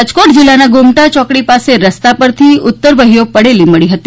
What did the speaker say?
રોજકોટ જિલ્લાના ગોમટા ચોકડી પાસે રસ્તા પર ઉતરવહીઓ પડેલી મળી હતી